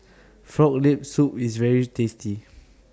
Frog Leg Soup IS very tasty